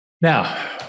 Now